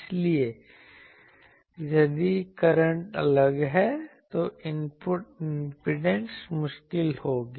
इसलिए यदि करंट अलग है तो इनपुट इम्पीडेंस मुश्किल होगी